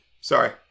Sorry